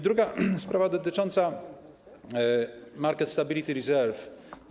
Druga sprawa - dotycząca market stability reserve.